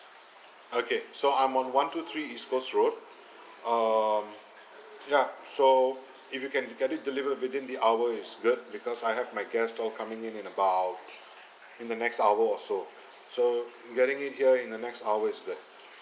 okay so I'm on one two three east coast road um ya so if you can get it delivered within the hour is good because I have my guest all coming in about in the next hour or so so getting it here in the next hour is good